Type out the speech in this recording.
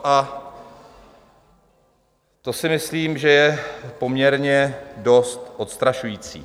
A to si myslím, že je poměrně dost odstrašující.